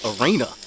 arena